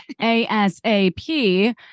ASAP